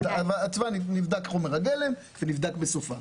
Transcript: נבדק חומר הגלם ונבדק בסופה.